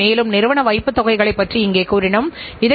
நம்மிடம் வெளிப்புற பங்குதாரர்கள் உள்ளனர்